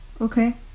Okay